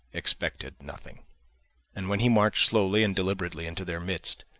expected nothing and when he marched slowly and deliberately into their midst,